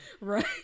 right